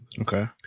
Okay